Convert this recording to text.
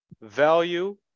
value